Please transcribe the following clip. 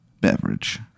beverage